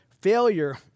Failure